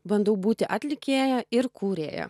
bandau būti atlikėja ir kūrėja